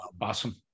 Awesome